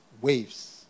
Waves